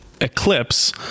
Eclipse